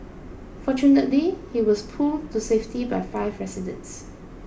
fortunately he was pulled to safety by five residents